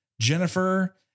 Jennifer